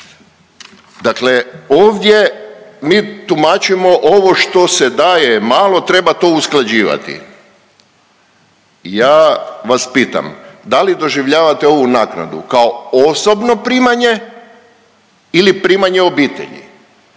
Dakle, ovdje mi tumačimo ovo što se daje malo treba to usklađivati. Ja vas pitam da li doživljavate ovu naknadu kao osobno primanje ili primanje obitelji?